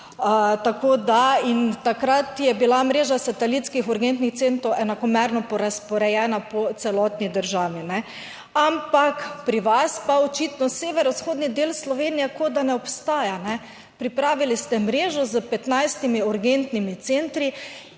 takrat je bila mreža satelitskih urgentnih centrov enakomerno prerazporejena po celotni državi, kajne. Ampak pri vas pa očitno severovzhodni del Slovenije kot da ne obstaja. Pripravili ste mrežo s 15 urgentnimi centri